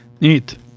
Neat